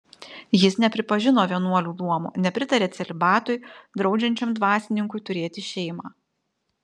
jis nepripažino vienuolių luomo nepritarė celibatui draudžiančiam dvasininkui turėti šeimą